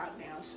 now